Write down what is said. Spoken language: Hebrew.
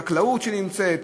כחקלאות שקיימת,